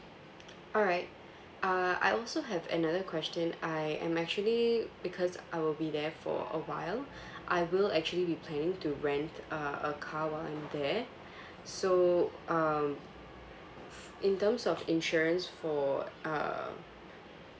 alright uh I also have another question I am actually because I will be there for a while I will actually be planning to rent uh a car while I'm there so um in terms of insurance for uh